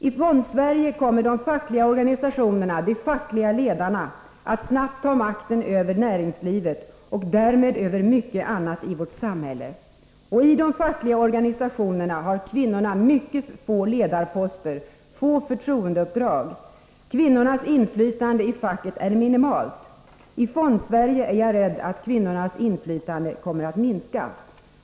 I Fondsverige kommer de fackliga organisationerna, de fackliga ledarna, att snabbt ta makten över näringslivet och därmed över mycket annat i vårt samhälle. I de fackliga organisationerna har kvinnorna mycket få ledarposter, få förtroendeuppdrag. Kvinnornas inflytande i facket är minimalt. Jag är rädd för att kvinnornas inflytande kommer att minska i Fondsverige.